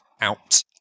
out